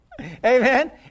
Amen